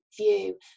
view